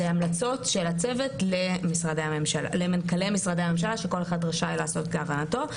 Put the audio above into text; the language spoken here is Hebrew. אלה המלצות של הצוות למנכ"לי משרדי הממשלה שכל אחד רשאי לעשות כהבנתו.